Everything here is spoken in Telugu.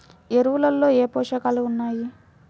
ఎరువులలో ఏ పోషకాలు ఉన్నాయి?